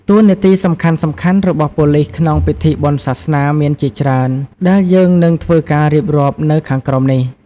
តួនាទីសំខាន់ៗរបស់ប៉ូលិសក្នុងពិធីបុណ្យសាសនាមានជាច្រើនដែលយើងនិងធ្វើការៀបរាប់នៅខាងក្រោមនេះ។